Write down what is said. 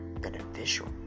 beneficial